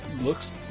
looks